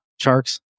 Sharks